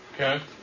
Okay